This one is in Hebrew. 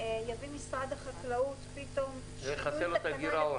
יביא משרד החקלאות פתאום -- וזה יכסה להם את הגירעון.